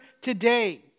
today